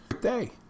Day